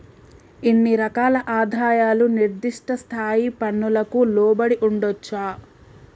ఇన్ని రకాల ఆదాయాలు నిర్దిష్ట స్థాయి పన్నులకు లోబడి ఉండొచ్చా